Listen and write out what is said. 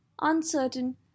uncertain